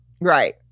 Right